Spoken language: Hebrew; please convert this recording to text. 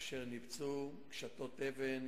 אשר ניפצו קשתות אבן,